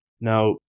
now